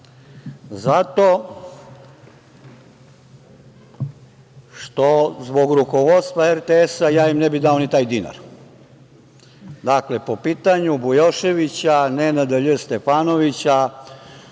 zato što zbog rukovodstva RTS-a ja im ne bih dao ni taj dinar. Dakle, po pitanju Bujoševića, Nenada Lj. Stefanovića,